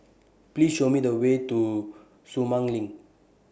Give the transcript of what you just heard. Please Show Me The Way to Sumang LINK